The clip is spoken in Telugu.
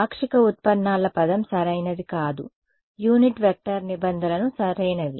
పాక్షిక ఉత్పన్నాల పదం సరైనది కాదు యూనిట్ వెక్టర్ నిబంధనలు సరైనవి